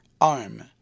arm